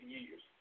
years